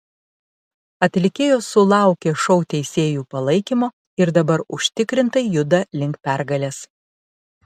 atlikėjos sulaukė šou teisėjų palaikymo ir dabar užtikrintai juda link pergalės